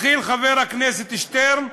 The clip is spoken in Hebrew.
התחיל חבר הכנסת שטרן,